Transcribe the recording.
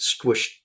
squished